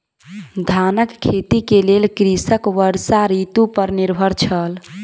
धानक खेती के लेल कृषक वर्षा ऋतू पर निर्भर छल